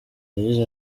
yagize